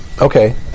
Okay